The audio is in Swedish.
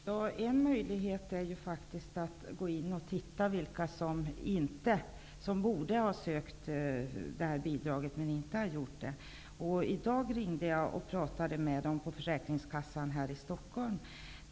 Herr talman! En möjlighet är ju faktiskt att gå in och titta på vilka som borde ha sökt bidraget men som inte har gjort det. Jag ringde i dag och pratade med Försäkringskassan i Stockholm.